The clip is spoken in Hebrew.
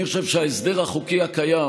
אני חושב שההסדר החוקי הקיים,